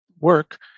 work